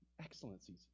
excellencies